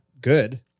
good